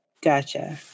Gotcha